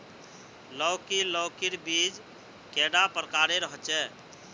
लौकी लौकीर बीज कैडा प्रकारेर होचे?